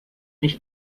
nicht